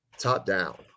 top-down